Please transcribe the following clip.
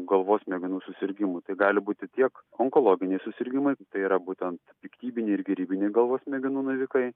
galvos smegenų susirgimų tai gali būti tiek onkologiniai susirgimai tai yra būtent piktybiniai ir gerybiniai galvos smegenų navikai